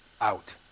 out